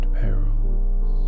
perils